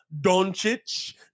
Doncic